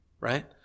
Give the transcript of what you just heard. Right